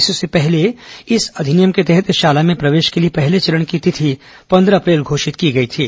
इससे पहले इस अधिनियम के तहत शाला में प्रवेश के लिए पहले चरण की तिथि पंद्रह अप्रैल घोषित की गई थी